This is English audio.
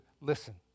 listen